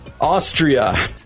Austria